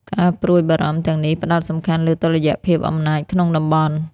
ការព្រួយបារម្ភទាំងនេះផ្តោតសំខាន់លើតុល្យភាពអំណាចក្នុងតំបន់។